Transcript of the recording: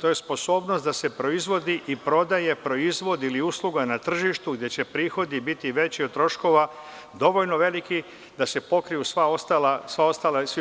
To je sposobnost da se proizvodi i prodaje proizvod ili usluga na tržištu, gde će prihodi biti veći od troškova, dovoljno veliki da se pokriju svi